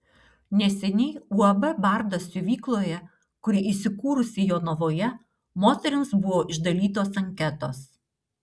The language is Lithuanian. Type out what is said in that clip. neseniai uab bardas siuvykloje kuri įsikūrusi jonavoje moterims buvo išdalytos anketos